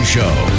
Show